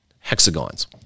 hexagons